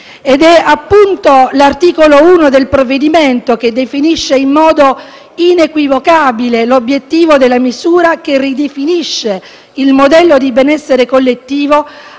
Ed è proprio l'articolo 1 del provvedimento che definisce in modo inequivocabile l'obiettivo della misura che ridefinisce il modello di benessere collettivo